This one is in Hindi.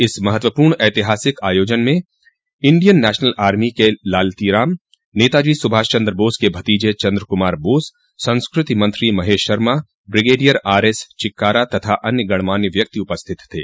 इस महत्वपूर्ण ऐतिहासिक आयोजन में इंडियन नेशनल आर्मी के लालती राम नेताजी सुभाष चंद्र बोस के भतीजे चंद्र कुमार बोस संस्कृति मंत्री महेश शर्मा ब्रिगेडियर आरएस चिक्करा तथा अन्य गण्यमान्य व्यक्ति उपस्थित थे